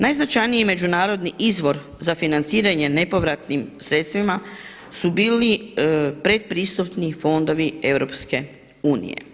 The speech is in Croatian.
Najznačajniji međunarodni izvor za financiranje nepovratnim sredstvima su bili predpristupni fondovi EU.